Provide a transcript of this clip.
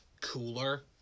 cooler